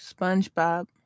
SpongeBob